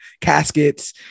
caskets